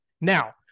Now